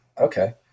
okay